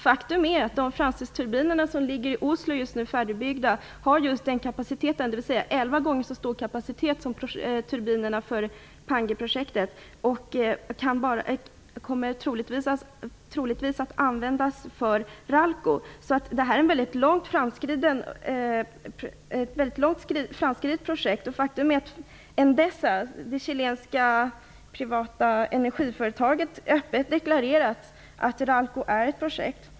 Faktum är att de turbiner som ligger färdiga i Oslo har just den kapaciteten - dvs. elva gånger så stor kapacitet som turbinerna för Pangueprojektet - att de troligtvis kommer att användas för Ralco. Det är alltså ett långt framskridet projekt. Ett chilenskt privat energiföretag har dessutom öppet deklarerat att Ralco är ett projekt.